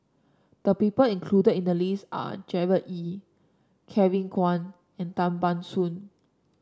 the people included in the list are Gerard Ee Kevin Kwan and Tan Ban Soon